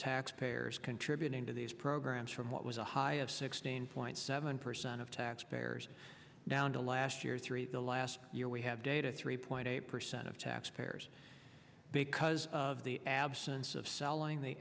taxpayers contributing to these programs from what was a high of sixteen point seven percent of taxpayers down to last year three the last year we have data three point eight percent of taxpayers because of the absence of selling the